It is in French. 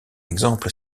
exemple